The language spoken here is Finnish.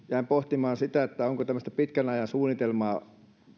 jäin pohtimaan onko tämmöistä pitkän ajan suunnitelmaa